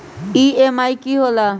EMI की होला?